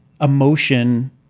emotion